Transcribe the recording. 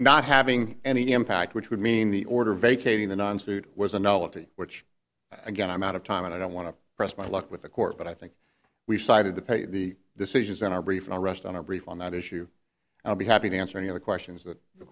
not having any impact which would mean the order vacating the nonstate was a novelty which again i'm out of time and i don't want to press my luck with the court but i think we've cited the pay the decisions in our brief and the rest on our brief on that issue i'll be happy to answer any other questions that the